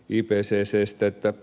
stä